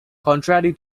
contrary